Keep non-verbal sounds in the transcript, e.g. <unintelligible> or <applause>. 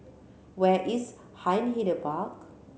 where is Hindhede <unintelligible>